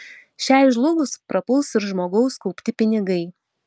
šiai žlugus prapuls ir žmogaus kaupti pinigai